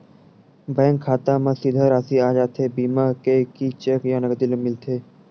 Bank खाता मा सीधा राशि आ जाथे बीमा के कि चेक या नकदी मिलथे?